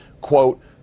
quote